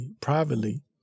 privately